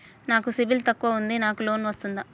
నాకు సిబిల్ తక్కువ ఉంది నాకు లోన్ వస్తుందా?